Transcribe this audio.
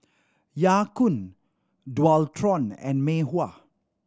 Ya Kun Dualtron and Mei Hua